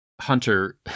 Hunter